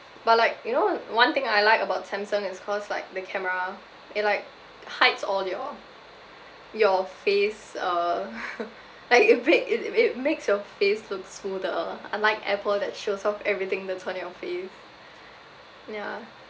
but like you know one thing I like about samsung is cause like the camera it like hides all your your face uh like it make it it it makes your face looks smoother unlike Apple that shows off everything that's on your face yeah